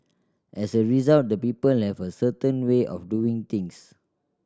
as a result the people have a certain way of doing things